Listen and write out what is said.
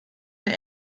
der